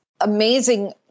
amazing